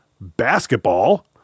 basketball